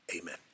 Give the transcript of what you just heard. amen